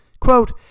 Quote